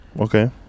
okay